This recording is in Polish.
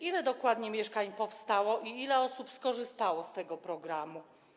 Ile dokładnie mieszkań powstało i ile osób skorzystało z tego programu?